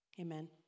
Amen